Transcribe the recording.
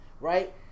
right